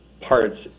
parts